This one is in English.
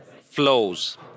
flows